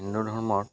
হিন্দু ধৰ্মত